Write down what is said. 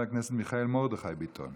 ואחריה, חבר הכנסת מיכאל מרדכי ביטון.